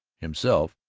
himself,